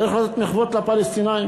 צריך לתת מחוות לפלסטינים,